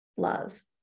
love